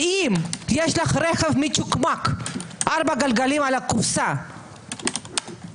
שאם יש לך רכב מצ'וקמק ארבעה גלגלים על הקופסה ואתה